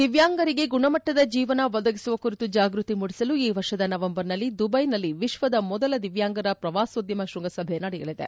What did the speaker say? ದಿವ್ಣಾಂಗರಿಗೆ ಗುಣಮಟ್ಟದ ಜೀವನ ಒದಗಿಸುವ ಕುರಿತು ಜಾಗೃತಿ ಮೂಡಿಸಲು ಈ ವರ್ಷದ ನವೆಂಬರ್ನಲ್ಲಿ ದುಬ್ನೆನಲ್ಲಿ ವಿಶ್ವದ ಮೊದಲ ದಿವ್ಲಾಂಗರ ಪ್ರವಾಸೋದ್ಗಮ ಶ್ವಂಗಸಭೆ ನಡೆಯಲಿದೆ